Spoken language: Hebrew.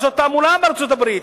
לעשות תעמולה בארצות-הברית,